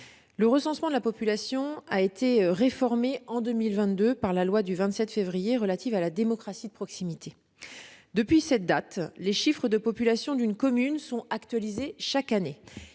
le recensement de la population a été réformé en 2002 par la loi du 27 février relative à la démocratie de proximité. Depuis cette date, les chiffres de population d'une commune sont actualisés chaque année.